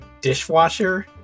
Dishwasher